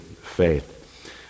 faith